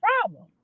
problem